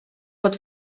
pot